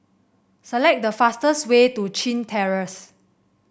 select the fastest way to Chin Terrace